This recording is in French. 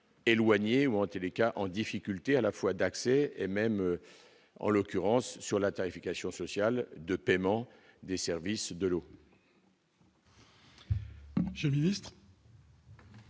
éloignés ou anti-cas en difficulté à la fois d'accès et même en l'occurrence sur la tarification sociale de paiement des services de l'eau.